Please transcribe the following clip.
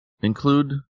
include